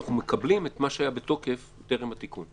שאנחנו מקבלים את מה שהיה בתוקף טרם התיקון.